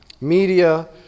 Media